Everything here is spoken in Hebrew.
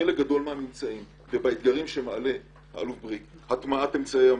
בחלק גדול מהממצאים והאתגרים שמעלה האלוף בריק כמו הטמעת אמצעי אמל"ח,